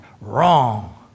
wrong